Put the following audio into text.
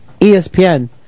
ESPN